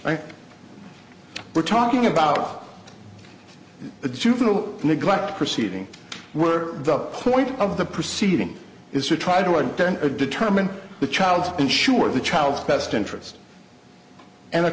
n we're talking about the juvenile neglect proceeding where the point of the proceeding is to try to attend a determined the child's ensure the child's best interest and